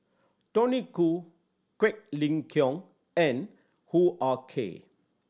Tony Khoo Quek Ling Kiong and Hoo Ah Kay